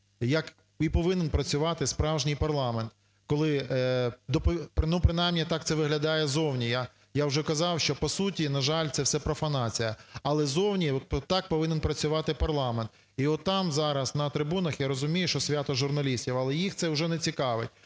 як і повинен працювати справжній парламент, коли… принаймні так це виглядає зовні. Я вже казав, що по суті, на жаль, це все профанація, але зовні так повинен працювати парламент. І отам зараз на трибунах, я розумію, що свято журналістів, але їх це вже не цікавить,